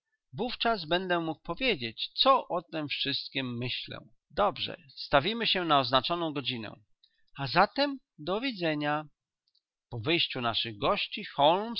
wówczas będę mógł powiedzieć co o tem wszystkiem myślę dobrze stawimy się na oznaczoną godzinę a zatem dowidzenia po wyjściu naszych gości